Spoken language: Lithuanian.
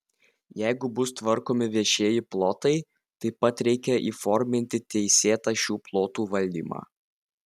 jeigu bus tvarkomi viešieji plotai taip pat reikia įforminti teisėtą šių plotų valdymą